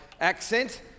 accent